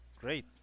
Great